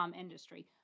industry